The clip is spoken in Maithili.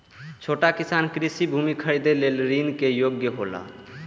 छोट किसान कृषि भूमि खरीदे लेल ऋण के योग्य हौला?